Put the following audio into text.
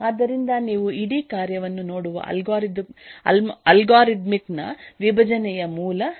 ಆದ್ದರಿಂದ ನೀವು ಇಡೀ ಕಾರ್ಯವನ್ನು ನೋಡುವ ಅಲ್ಗಾರಿದಮಿಕ್ ನ ವಿಭಜನೆಯ ಮೂಲ ವಿಧಾನವಾಗಿದೆ